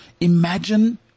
Imagine